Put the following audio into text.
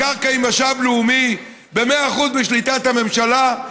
הקרקע היא משאב לאומי, במאה אחוז בשליטת הממשלה.